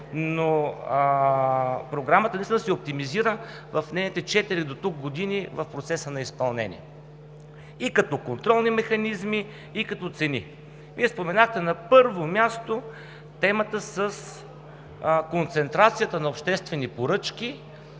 но Програмата наистина се оптимизира в нейните четири години дотук в процеса на изпълнение – и като контролни механизми, и като цени. Вие споменахте на първо място темата с концентрацията на обществени поръчки